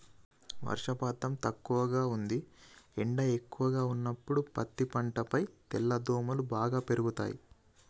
వర్షపాతం తక్కువగా ఉంది ఎండ ఎక్కువగా ఉన్నప్పుడు పత్తి పంటపై తెల్లదోమలు బాగా పెరుగుతయి